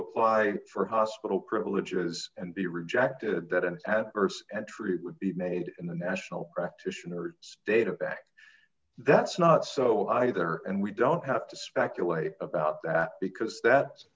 apply for hospital privileges and be rejected that an adverse entry would be made in the national practitioner data back that's not so either and we don't have to speculate about that because that